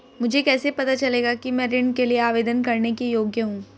मुझे कैसे पता चलेगा कि मैं ऋण के लिए आवेदन करने के योग्य हूँ?